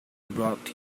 brought